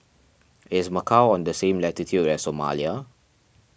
is Macau on the same latitude as Somalia